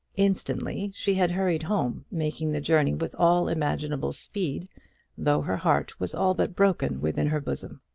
instantly she had hurried home, making the journey with all imaginable speed though her heart was all but broken within her bosom.